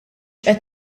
qed